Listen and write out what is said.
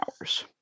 hours